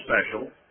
special